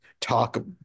talk